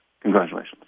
Congratulations